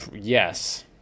yes